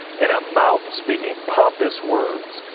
and a mouth speaking pompous words.